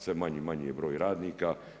Sve manji i manji je broj radnika.